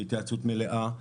והתייעצות מלאה.